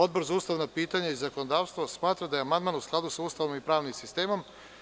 Odbor za ustavna pitanja i zakonodavstvo smatra da je amandman u skladu sa ustavom i pravnim sistemom.